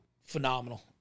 phenomenal